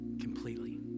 Completely